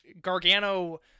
Gargano